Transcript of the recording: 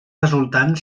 resultant